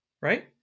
right